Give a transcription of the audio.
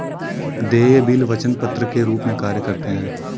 देय बिल वचन पत्र के रूप में कार्य करते हैं